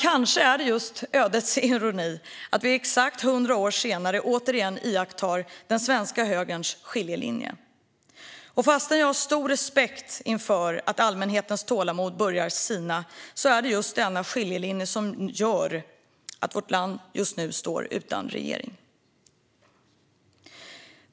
Kanske är det just ödets ironi att vi exakt 100 år senare återigen iakttar den svenska högerns skiljelinje. Trots att jag har stor respekt inför att allmänhetens tålamod börjar sina är det just denna skiljelinje som gör att vårt land just nu står utan regering.